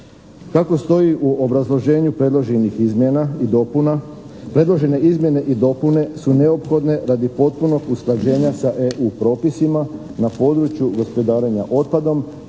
Kako stoji u obrazloženju predloženih izmjena i dopuna, predložene izmjene i dopune su neophodne radi potpunog usklađenja sa EU propisima na području gospodarenja otpadom